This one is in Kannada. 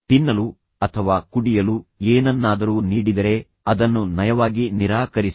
ತಿನ್ನಲು ಅಥವಾ ಕುಡಿಯಲು ಏನನ್ನಾದರೂ ನೀಡಿದರೆ ಅದನ್ನು ನಯವಾಗಿ ನಿರಾಕರಿಸಿ